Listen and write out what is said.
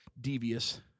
devious